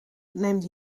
neemt